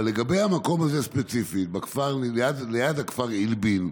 אבל לגבי המקום הזה הספציפי ליד הכפר עילבין,